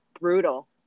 brutal